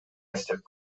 эстеп